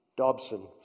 Dobson